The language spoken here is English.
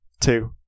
two